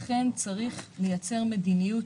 לכן צריך לייצר מדיניות